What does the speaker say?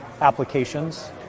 applications